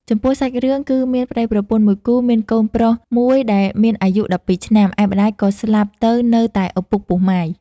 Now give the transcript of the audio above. ចំពោះសាច់រឿងគឺមានប្ដីប្រពន្ធមួយគូមានកូនប្រុសមួយដែលមានអាយុ១២ឆ្នាំ ឯម្ដាយក៏ស្លាប់ទៅនៅតែឪពុកពោះម៉ាយ។